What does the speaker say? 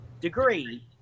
degree